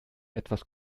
etwas